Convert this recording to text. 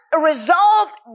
resolved